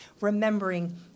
remembering